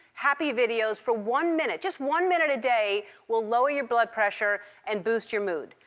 happy videos for one minute, just one minute a day, will lower your blood pressure and boost your mood.